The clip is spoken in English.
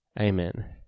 Amen